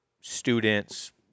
students